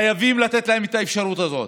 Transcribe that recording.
חייבים לתת להם את האפשרות הזאת.